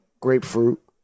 grapefruit